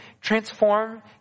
transform